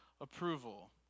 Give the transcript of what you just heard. approval